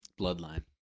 Bloodline